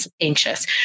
anxious